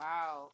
Wow